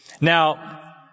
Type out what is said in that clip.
now